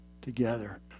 together